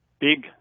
Big